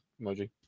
emoji